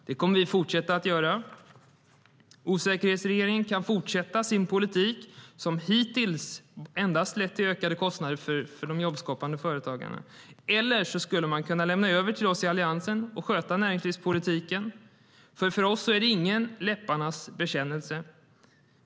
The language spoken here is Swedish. Det kommer vi att fortsätta göra. Osäkerhetsregeringen kan fortsätta sin politik, som hittills endast lett till ökade kostnader för de jobbskapande företagarna - eller så skulle man kunna lämna över till oss i Alliansen att sköta näringslivspolitiken. För oss är det nämligen ingen läpparnas bekännelse.